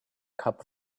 cup